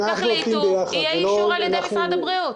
תחליטו, יהיה אישור על ידי משרד הבריאות.